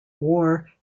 war